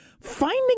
Finding